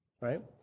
right